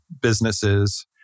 businesses